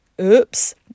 oops